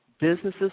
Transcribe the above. businesses